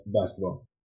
basketball